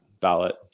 ballot